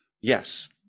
Yes